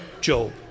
Job